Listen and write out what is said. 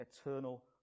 eternal